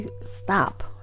Stop